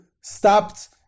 stopped